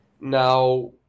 Now